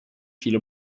viele